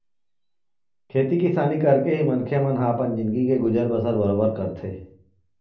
खेती किसानी करके ही मनखे मन ह अपन जिनगी के गुजर बसर बरोबर करथे